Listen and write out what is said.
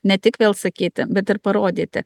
ne tik vėl sakyti bet ir parodyti